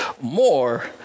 more